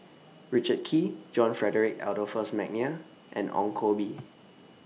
Richard Kee John Frederick Adolphus Mcnair and Ong Koh Bee